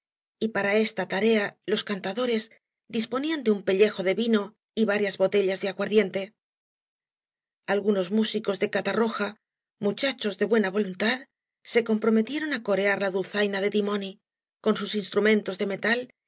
y para esta tarea los eantadores disponían de un pellejo de vino y varias botellas de aguardiente algunos músicos de catarroja muchachos de buena voluntad se comprometieron á corear la dul zaina de dimdni con sus instrumentos de metal y